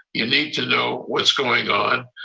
you need to know what's going on.